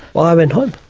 ah i went home,